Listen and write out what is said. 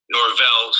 Norvell